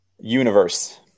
universe